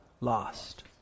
lost